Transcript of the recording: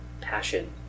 passion